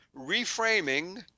Reframing